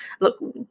look